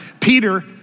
Peter